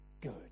good